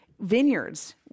vineyards